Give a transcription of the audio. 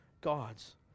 gods